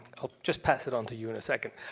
i'll just pass it onto you in a second.